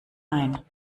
ein